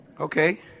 Okay